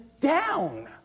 down